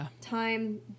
time